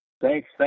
Thanks